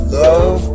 love